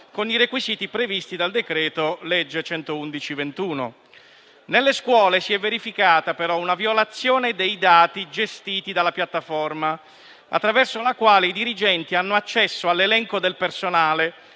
con i requisiti previsti dal decreto legge n. 111. Nelle scuole si è verificata però una violazione dei dati gestiti dalla piattaforma attraverso la quale i dirigenti hanno accesso all'elenco del personale